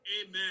Amen